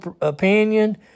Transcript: opinion